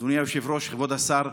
אדוני היושב-ראש, כבוד השר,